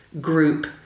group